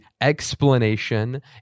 explanation